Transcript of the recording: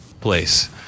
place